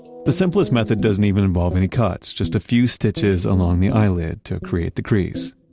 the simplest method doesn't even involve any cuts, just a few stitches along the eyelid to create the crease.